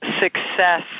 success